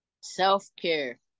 self-care